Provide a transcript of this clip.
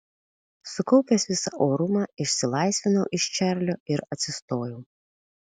sukaupęs visą orumą išsilaisvinau iš čarlio ir atsistojau